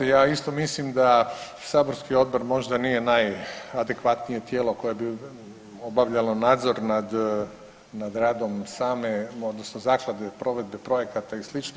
Pa gledajte, ja isto mislim da saborski odbor možda nije najadekvatnije tijelo koje bi obavljalo nadzor nad radom same odnosno zaklade provedbe projekata i slično.